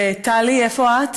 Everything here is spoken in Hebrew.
טלי, איפה את?